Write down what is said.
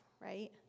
right